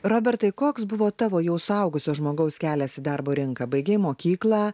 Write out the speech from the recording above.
robertai koks buvo tavo jau suaugusio žmogaus kelias į darbo rinką baigei mokyklą